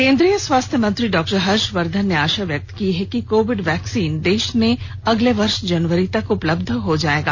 केन्द्रीय स्वास्थ्य मंत्री डॉ हर्षवर्धन ने आशा व्यक्त की है कि कोविड वैक्सीन देश में अगले वर्ष जनवरी तक उपलब्ध हो जाएगी